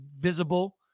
visible